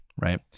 right